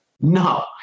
No